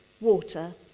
water